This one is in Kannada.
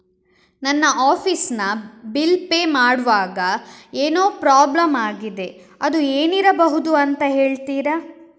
ನನ್ನ ಆಫೀಸ್ ನ ಬಿಲ್ ಪೇ ಮಾಡ್ವಾಗ ಏನೋ ಪ್ರಾಬ್ಲಮ್ ಆಗಿದೆ ಅದು ಏನಿರಬಹುದು ಅಂತ ಹೇಳ್ತೀರಾ?